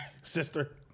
Sister